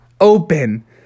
open